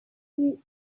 louis